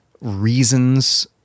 reasons